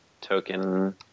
token